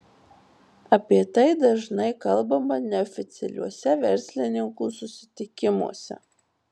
apie tai dažnai kalbama neoficialiuose verslininkų susitikimuose